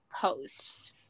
posts